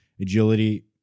agility